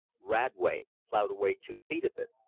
radway plowed away two feet of it.